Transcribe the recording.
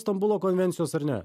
stambulo konvencijos ar ne